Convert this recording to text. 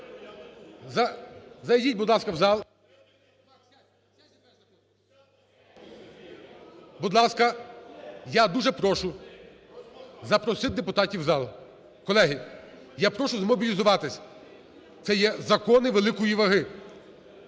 Зайдіть, будь ласка, в зал. Я дуже прошу запросити депутатів у зал. Колеги, я прошу змобілізуватись, це є закони великої ваги.